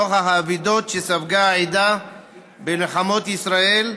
נוכח האבדות שספגה העדה במלחמות ישראל,